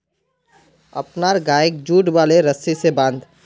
अपनार गइक जुट वाले रस्सी स बांध